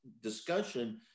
discussion